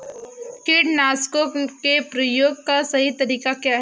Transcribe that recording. कीटनाशकों के प्रयोग का सही तरीका क्या है?